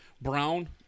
brown